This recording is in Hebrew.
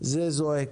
זה זועק.